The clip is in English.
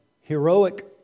heroic